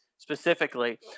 Specifically